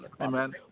Amen